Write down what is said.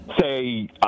say